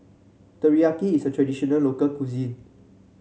teriyaki is a traditional local cuisine